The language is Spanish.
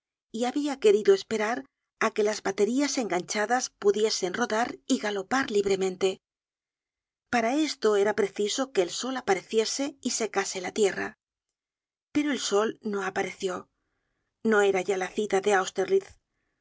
y habia querido esperar á que las baterías enganchadas pudiesen rodar y galopar libremente para esto era preciso que el sol apareciese y secase la tierra pero el sol no apareció no era ya la cita de